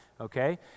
okay